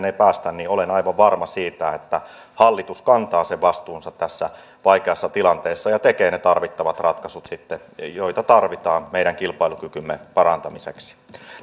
ei päästä niin olen aivan varma siitä että hallitus kantaa vastuunsa tässä vaikeassa tilanteessa ja tekee sitten ne tarvittavat ratkaisut joita tarvitaan meidän kilpailukykymme parantamiseksi